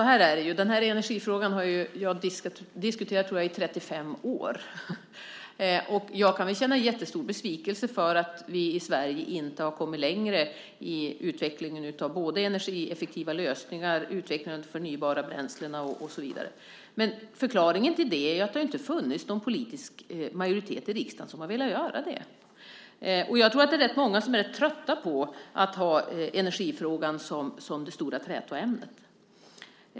Herr talman! Den här energifrågan har jag diskuterat i, tror jag, 35 år. Jag kan känna jättestor besvikelse över att vi i Sverige inte har kommit längre i utvecklingen av både energieffektiva lösningar, utveckling av förnybara bränslen och så vidare. Men förklaringen till det är att det inte har funnits någon politisk majoritet i riksdagen som har velat göra det, och jag tror att det är rätt många som är trötta på att ha energifrågan som det stora trätoämnet.